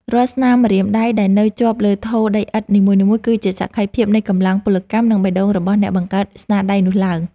រាល់ស្នាមម្រាមដៃដែលនៅជាប់លើថូដីឥដ្ឋនីមួយៗ គឺជាសក្ខីភាពនៃកម្លាំងពលកម្ម និង បេះដូងរបស់អ្នកបង្កើតស្នាដៃនោះឡើង។